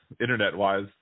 internet-wise